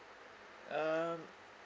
um